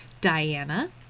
Diana